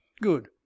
good